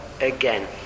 again